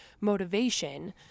motivation